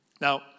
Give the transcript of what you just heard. Now